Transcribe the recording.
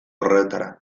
horretara